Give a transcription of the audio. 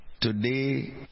today